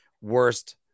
worst